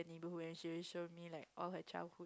neighbourhood and she will show me like all her childhood